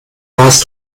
warst